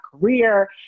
career